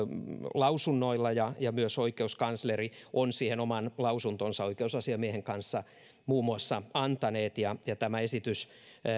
lausunnoilla ja ja myös oikeuskansleri on siihen oman lausuntonsa oikeusasiamiehen kanssa muun muassa antanut ja tämä esitys